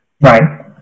Right